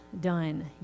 done